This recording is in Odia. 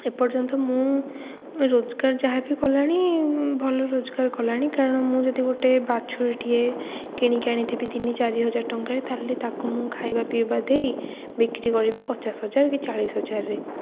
ଏ ପର୍ଯ୍ୟନ୍ତ ମୁଁ ରୋଜଗାର ଯାହାବି କଲାଣି ଭଲ ରୋଜଗାର କଲାଣି କାରଣ ମୁଁ ଯଦି ଗୋଟେ ବାଛୁରୀଟିଏ କିଣିକି ଆଣିଥିବି ତିନି ଚାରି ହଜାର ଟଙ୍କାରେ ତାହେଲେ ମୁଁ ତାକୁ ଖାଇବା ପିଇବା ଦେଇ ବିକ୍ରି କରିବି ପଚାଶ ହଜାର କି ଚାଳିଶ ହଜାରରେ